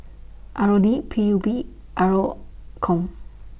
R O D P U B R O Com